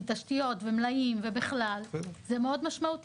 כי תשתיות ומלאים ובכלל זה משמעותי